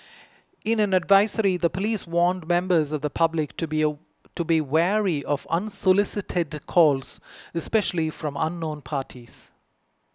in an advisory the police warned members of the public to be wary of unsolicited calls especially from unknown parties